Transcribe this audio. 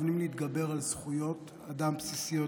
מתכוונים להתגברות על זכויות אדם בסיסיות,